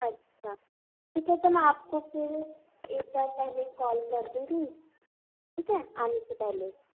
اچھا ٹھیک ہے تو میں آپ کو پھر ایک بار پہلے کال کر دوں گی ٹھیک ہے آنے سے پہلے